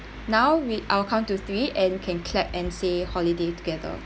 now we I'll count to three and can clap and say holiday together